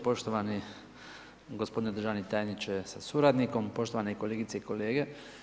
Poštovani gospodine državni tajniče sa suradnikom, poštovane kolegice i kolege.